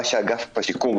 מה שאגף השיקום,